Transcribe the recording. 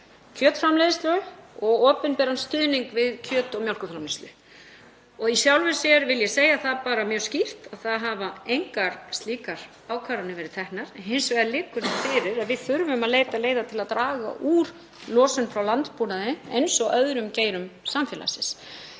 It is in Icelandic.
kjötframleiðslu og opinberan stuðning við kjöt- og mjólkurframleiðslu. Í sjálfu sér vil ég segja það bara mjög skýrt að það hafa engar slíkar ákvarðanir verið teknar. Hins vegar liggur fyrir að við þurfum að leita leiða til að draga úr losun frá landbúnaði eins og öðrum geirum samfélagsins.